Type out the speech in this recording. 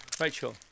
Rachel